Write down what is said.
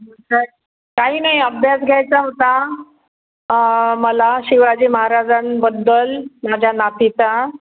काही नाही अभ्यास घ्यायचा होता मला शिवाजी महाराजांबद्दल माझ्या नातीचा